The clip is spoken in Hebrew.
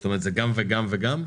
כלומר זה גם וגם וגם?